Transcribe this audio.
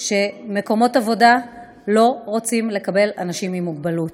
שמקומות עבודה לא רוצים לקבל אנשים עם מוגבלות.